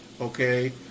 okay